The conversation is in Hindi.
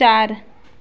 चार